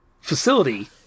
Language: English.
facility